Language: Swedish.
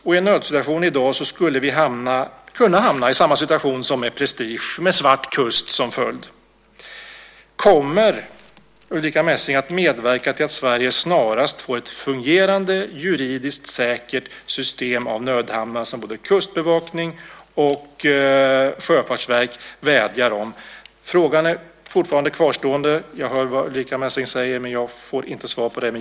Och i en nödsituation i dag skulle vi kunna hamna i samma situation som med Prestige, med svart kust som följd. Kommer Ulrica Messing att medverka till att Sverige snarast får ett fungerande, juridiskt säkert system av nödhamnar som både Kustbevakningen och Sjöfartsverket vädjar om? Frågan kvarstår fortfarande. Jag hör vad Ulrica Messing säger men jag får inte svar på den.